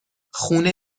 خونه